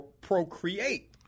procreate